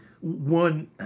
one